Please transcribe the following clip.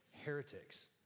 heretics